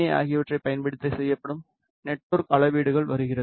ஏ ஆகியவற்றைப் பயன்படுத்தி செய்யப்படும் நெட்வொர்க் அளவீடுகள் வருகிறது